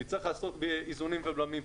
נצטרך לעסוק באיזונים ובלמים.